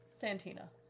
Santina